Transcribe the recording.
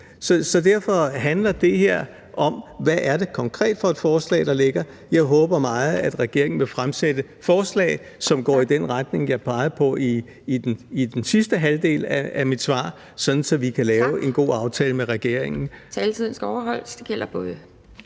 Så derfor handler det her om, hvad det konkret er for et forslag, der ligger. Jeg håber meget, at regeringen vil fremsætte forslag, som går i den retning, jeg pegede på i den sidste halvdel af mit svar, sådan at vi kan lave en god aftale med regeringen. Kl. 12:02 Anden næstformand